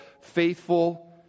faithful